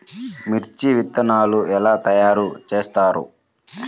మిర్చి విత్తనాలు ఎలా తయారు చేస్తారు?